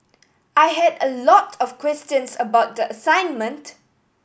I had a lot of questions about the assignment